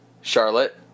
Charlotte